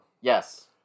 Yes